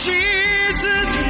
Jesus